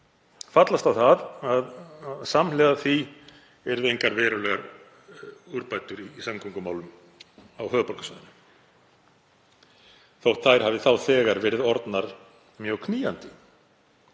fallast á það að samhliða því yrðu engar verulegar úrbætur í samgöngumálum á höfuðborgarsvæðinu þótt þær hafi þá þegar verið orðnar mjög knýjandi.